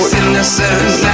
innocent